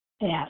Yes